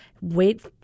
Wait